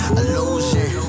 illusion